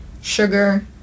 sugar